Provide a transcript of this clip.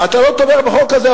אתה לא תומך בחוק הזה,